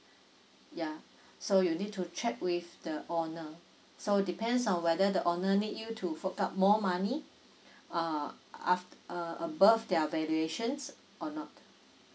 ya so you need to check with the owner so depends on whether the owner need you to fork out more money uh uh above their valuations or not